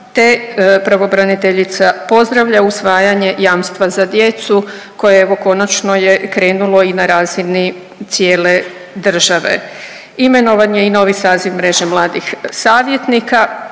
te pravobraniteljica pozdravlja usvajanje jamstva za djecu koje evo konačno je krenulo i na razini cijele države. Imenovan je i novi saziv mreže mladih savjetnika